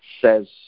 says